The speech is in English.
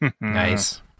Nice